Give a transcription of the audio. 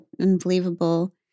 unbelievable